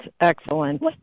excellent